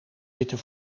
zitten